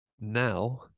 Now